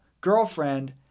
girlfriend